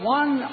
one